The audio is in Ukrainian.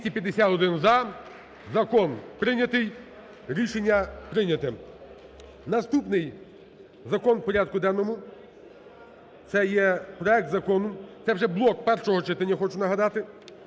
За-251 Закон прийнятий. Рішення прийняте. Наступний закон у порядку денному це є проект закону, це вже блок першого читання, я хочу нагадати.